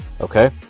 Okay